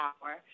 power